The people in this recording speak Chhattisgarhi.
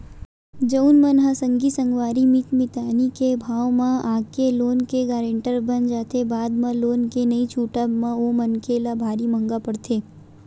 जउन मन ह संगी संगवारी मीत मितानी के भाव म आके लोन के गारेंटर बन जाथे बाद म लोन के नइ छूटब म ओ मनखे ल भारी महंगा पड़थे